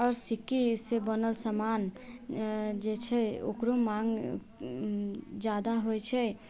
आओर सिक्कीसँ बनल सामान जे छै ओकरो माँग ज्यादा होइत छै